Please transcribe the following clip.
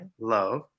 love